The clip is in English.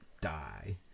die